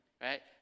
Right